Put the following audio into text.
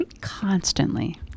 Constantly